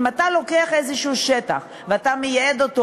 אם אתה לוקח איזה שטח ומייעד אותו